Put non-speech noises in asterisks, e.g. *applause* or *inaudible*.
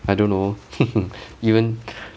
I don't know *laughs* even *breath*